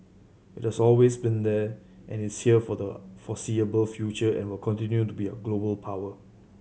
it has always been here and it's here for the foreseeable future and will continue to be a global power